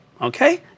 okay